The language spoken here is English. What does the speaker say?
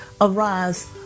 arise